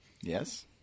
Yes